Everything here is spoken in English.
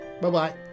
Bye-bye